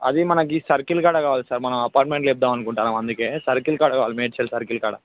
అది మనకు సర్కిల్ కాడ కావాలి సార్ మన అపార్టమెంట్ లేపుదాం అనుకుంటున్నాం అందుకు సర్కిల్ కాడ కావాలి మేడ్చల్ సర్కిల్ కాడ